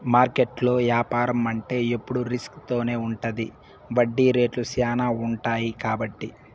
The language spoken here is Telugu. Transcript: మార్కెట్లో యాపారం అంటే ఎప్పుడు రిస్క్ తోనే ఉంటది వడ్డీ రేట్లు శ్యానా ఉంటాయి కాబట్టి